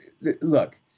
look